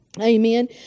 Amen